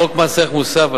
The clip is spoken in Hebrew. חוק מס ערך מוסף,